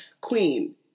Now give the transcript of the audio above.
Queen